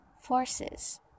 forces